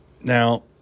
Now